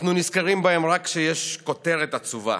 אנחנו נזכרים בהם רק כשיש כותרת עצובה,